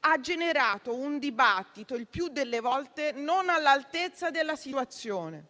ha generato un dibattito il più delle volte non all'altezza della situazione,